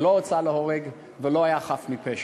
שלא הוצא להורג ולא היה חף מפשע.